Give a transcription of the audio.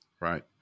Right